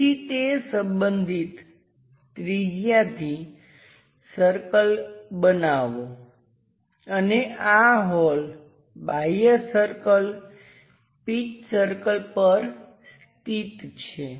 તેથી તે સંબંધિત ત્રિજ્યાથી સર્કલ બનાવો અને આ હોલ બાહ્ય સર્કલ પિચ સર્કલ પર સ્થિત છે